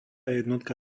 jednotka